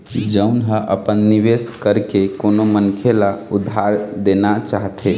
जउन ह अपन निवेश करके कोनो मनखे ल उधार देना चाहथे